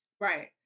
Right